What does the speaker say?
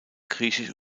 griechisch